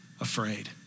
afraid